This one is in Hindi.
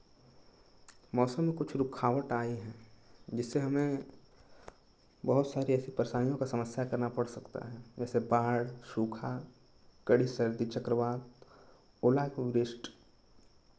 मौसम में कुछ रुखावट आए हैं जिससे हमें बहुत सारी ऐसी परेशानियों का समस्या करना पड़ सकता है जैसे बाढ़ सूखा कड़ी सर्दी चक्रवात ओला का वृष्टि